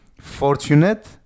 fortunate